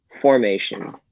formation